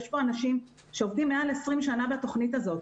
יש פה אנשים שעובדים יותר מ-20 שנים בתוכנית הזאת,